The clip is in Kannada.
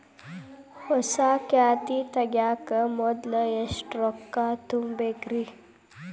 ಹೊಸಾ ಖಾತೆ ತಗ್ಯಾಕ ಮೊದ್ಲ ಎಷ್ಟ ರೊಕ್ಕಾ ತುಂಬೇಕ್ರಿ?